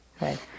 right